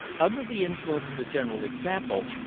under the influence of the general example,